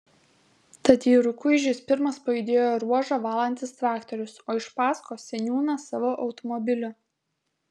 tad į rukuižius pirmas pajudėjo ruožą valantis traktorius o iš paskos seniūnas savo automobiliu